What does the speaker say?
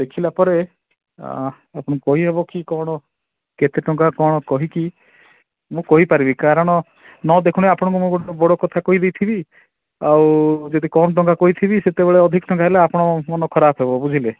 ଦେଖିଲା ପରେ ଆପଣଙ୍କୁ କହିହବ କି କ'ଣ କେତେ ଟଙ୍କା କ'ଣ କହିକି ମୁଁ କହିପାରିବି କାରଣ ନ ଦେଖୁଣୁ ଆପଣଙ୍କୁ ଗୋଟେ ବଡ଼ କଥା କହିଦେଇଥିବି ଆଉ ଯଦି କମ୍ ଟଙ୍କା କହିଥିବି ସେତେବେଳେ ଅଧିକ ଟଙ୍କା ହେଲେ ଆପଣଙ୍କ ମନ ଖରାପ ହବ ବୁଝିଲେ